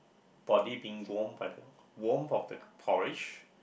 body being warmed by the warm from the porridge